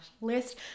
list